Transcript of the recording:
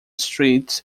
streets